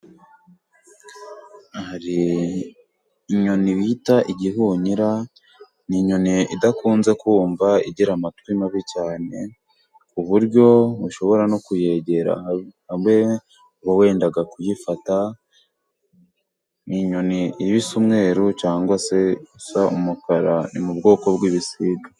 Hari inyoni bita igihunyira, ni inyoni idakunze kumva igira amatwi mabi cyane, ku buryo ushobora no kuyegera ubu wendaga kuyifata, ni inyoni iba isa umweru cyangwa se isa umukara, ni mu bwoko bw'ibisiga.